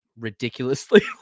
ridiculously